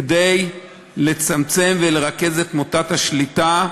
כדי לצמצם ולרכז את מוטת השליטה,